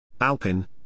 Alpin